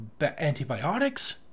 antibiotics